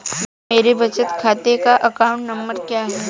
मेरे बचत खाते का अकाउंट नंबर क्या है?